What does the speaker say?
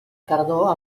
tardor